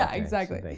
ah exactly. like